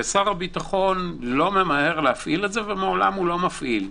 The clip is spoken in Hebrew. שר הביטחון לא ממהר להפעיל את זה ומעולם לא מפעיל.